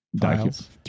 files